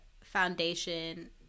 foundation